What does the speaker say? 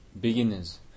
beginners